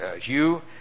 Hugh